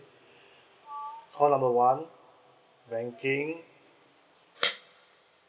call number one banking